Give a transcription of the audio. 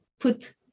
put